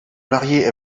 marier